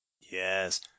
Yes